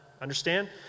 Understand